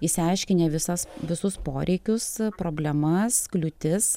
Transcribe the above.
išsiaiškinę visas visus poreikius problemas kliūtis